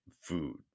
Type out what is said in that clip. food